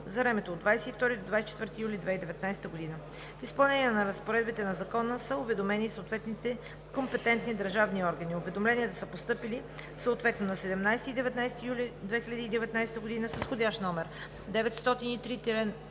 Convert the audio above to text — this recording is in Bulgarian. за времето от 22 до 24 юли 2019 г. В изпълнение на разпоредбите на Закона са уведомени съответните компетентни държавни органи. Уведомленията са постъпили съответно на 17 и 19 юли 2019 г. с вх. № 903-09-37